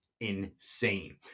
insane